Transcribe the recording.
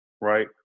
right